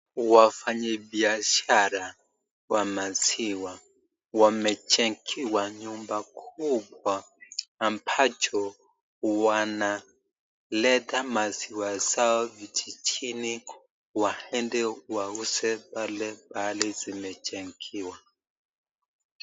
Wafanyi biashara wa maziwa wamejengengwa nyumba kubwa ambacho wanaleta maziwa zao vijijini waende wauze pale mahali zimejengwa.